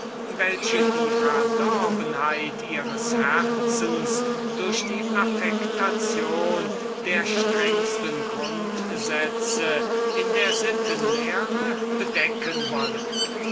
welche die verdorbenheit ihres herzens und ihre geheimen laster durch die affektation der strengesten grundsätze in der sittenlehre bedecken wollen